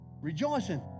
rejoicing